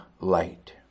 light